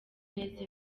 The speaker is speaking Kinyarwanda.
neza